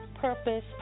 purpose